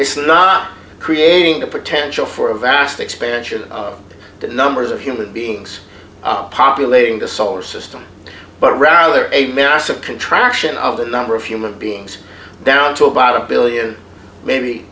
it's not creating the potential for a vast expansion of the numbers of human beings populating the solar system but rather a massive contraction of the number of human beings down to about a one billion maybe